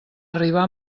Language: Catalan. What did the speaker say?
arribar